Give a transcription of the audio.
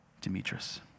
Demetrius